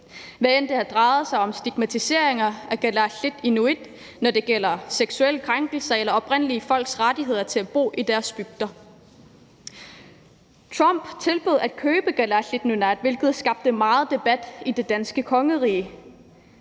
hvad end det har drejet sig om stigmatiseringer af kalaallit/inuit, når det gælder seksuelle krænkelser eller oprindelige folks rettigheder til at bo i deres bygder. Trump tilbød at købe Kalaallit Nunaat, hvilket skabte meget debat i det danske kongerige.